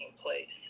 place